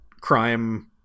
crime